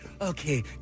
okay